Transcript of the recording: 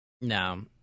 No